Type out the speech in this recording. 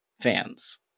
fans